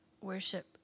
worship